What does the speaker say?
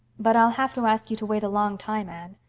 but i'll have to ask you to wait a long time, anne,